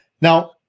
now